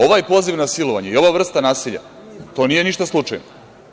Ovaj poziv na silovanje i ova vrsta nasilja, to nije ništa slučajno.